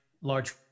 large